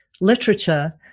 literature